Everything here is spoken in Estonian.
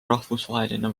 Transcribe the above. rahvusvaheline